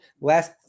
Last